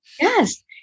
Yes